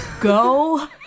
Go